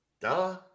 Duh